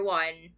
one